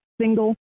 single